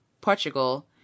Portugal